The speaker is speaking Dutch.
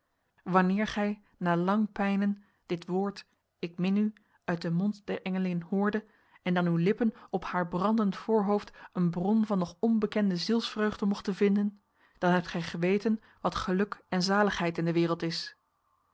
wanneer gij na lange pijnen dit woord ik min u uit de mond der engelin hoorde en dan uw lippen op haar brandend voorhoofd een bron van nog onbekende zielsvreugde mochten vinden dan hebt gij geweten wat geluk en zaligheid in de wereld is